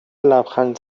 لبخند